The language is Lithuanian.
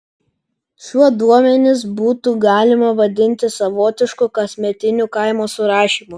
šiuo duomenis būtų galima vadinti savotišku kasmetiniu kaimo surašymu